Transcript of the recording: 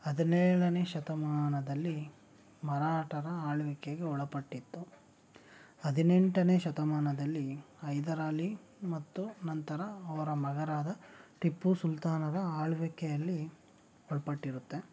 ಹದಿನೇಳನೇ ಶತಮಾನದಲ್ಲಿ ಮರಾಠರ ಆಳ್ವಿಕೆಗೆ ಒಳಪಟ್ಟಿತ್ತು ಹದಿನೆಂಟನೇ ಶತಮಾನದಲ್ಲಿ ಹೈದರಾಲಿ ಮತ್ತು ನಂತರ ಅವರ ಮಗನಾದ ಟಿಪ್ಪು ಸುಲ್ತಾನರ ಆಳ್ವಿಕೆಯಲ್ಲಿ ಒಳಪಟ್ಟಿರುತ್ತೆ